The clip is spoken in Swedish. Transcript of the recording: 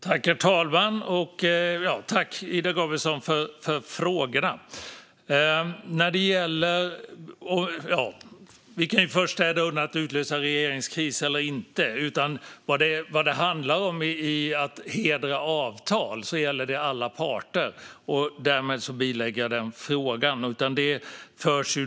Herr talman! Jag tackar Ida Gabrielsson för frågorna. Vi kan först lägga undan frågan om att utlösa en regeringskris eller inte. Vad det handlar om är att hedra avtal, och det gäller alla parter. Därmed bilägger jag den frågan.